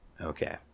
Okay